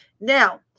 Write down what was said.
Now